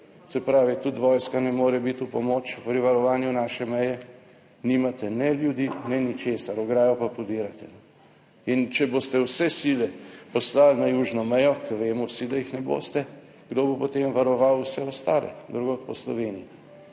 se pravi, tudi vojska ne more biti v pomoč pri varovanju naše meje. Nimate ne ljudi ne ničesar, ograjo pa podirate in če boste vse sile poslali na južno mejo, ki vemo vsi, da jih ne boste. Kdo bo potem varoval vse ostale drugod po Sloveniji?